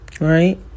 Right